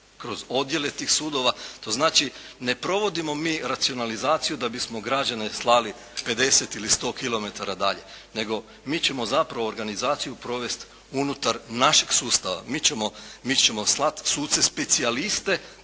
kroz odjele tih sudova. To znači ne provodimo mi racionalizaciju da bismo građane slali 50 ili 100 kilometara dalje nego mi ćemo zapravo organizaciju provesti unutar našeg sustava. Mi ćemo slati suce specijaliste